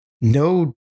no